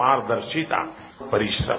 पारदर्शिता और परिश्रम